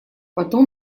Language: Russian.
потом